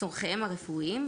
צורכיהם הרפואיים,